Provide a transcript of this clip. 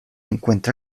encuentra